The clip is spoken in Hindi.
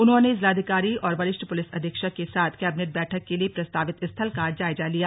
उन्होंने जिलाधिकारी और वरिष्ठ पुलिस अधीक्षक के साथ कैबिनेट बैठक के लिए प्रस्तावित स्थल का जायजा लिया